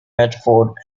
medford